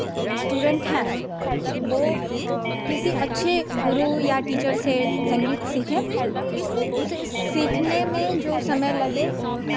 student हैं वो किसी अच्छे गुरु या टीचर से संगीत सीखें और उसे सीखने में जो समय लगे